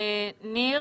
ניר.